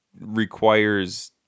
requires